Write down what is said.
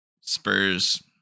Spurs